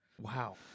Wow